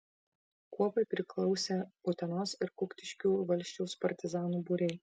kuopai priklausė utenos ir kuktiškių valsčiaus partizanų būriai